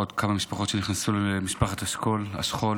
עוד כמה משפחות שנכנסו למשפחת השכול,